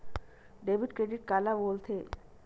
Debit credit काला बोल थे?